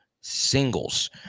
singles